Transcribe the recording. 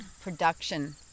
production